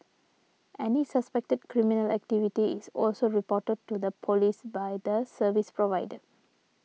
any suspected criminal activity is also reported to the police by the service provider